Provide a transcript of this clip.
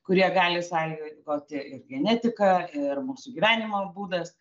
kurie gali sąlygoti ir genetika ir mūsų gyvenimo būdas